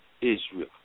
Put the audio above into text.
Israel